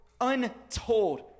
untold